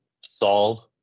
solve